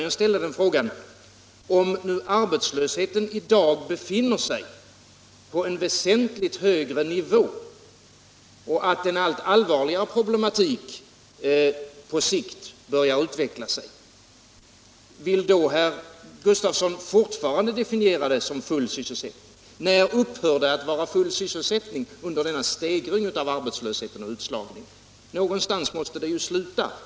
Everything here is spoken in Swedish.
Jag ställde frågan: Om nu arbetslösheten i dag befinner sig på en väsentligt högre nivå än tidigare och en allt allvarligare problematik på sikt börjar utveckla sig, vill då herr Gustafsson fortfarande definiera läget med orden ”full sysselsättning”? När upphör det att vara full sysselsättning under denna stegring av arbetslösheten och utslagningen? Någonstans måste det ju sluta.